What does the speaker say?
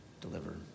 deliver